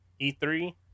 E3